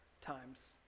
times